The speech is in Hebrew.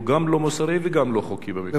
שהוא גם לא מוסרי וגם לא חוקי במדינה.